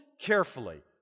carefully